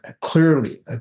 clearly